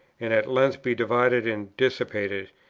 and at length be divided and dissipated,